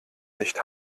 nicht